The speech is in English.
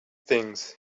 things